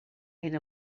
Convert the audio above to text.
hyn